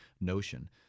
notion